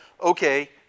okay